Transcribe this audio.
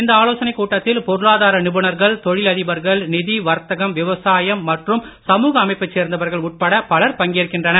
இந்த ஆலோசனைக் கூட்டத்தில் பொருளாதார நிபுணர்கள் தொழிலதிபர்கள் நிதி வர்தகம் விவசாயம் மற்றும் சமூக அமைப்பைச் சேர்ந்தவர்கள் உட்பட பலர் பங்கேற்கிறார்கள்